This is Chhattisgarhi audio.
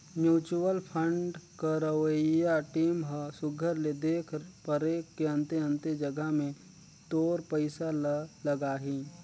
म्युचुअल फंड करवइया टीम ह सुग्घर ले देख परेख के अन्ते अन्ते जगहा में तोर पइसा ल लगाहीं